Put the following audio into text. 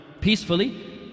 peacefully